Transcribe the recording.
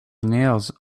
nails